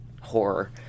horror